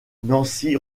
nancy